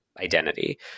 identity